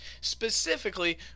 specifically